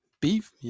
beef